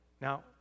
Now